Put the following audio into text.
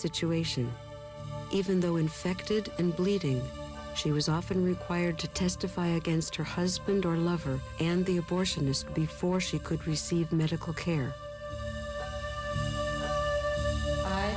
situation even though infected and bleeding she was often required to testify against her husband or lover and the abortionist before she could receive medical care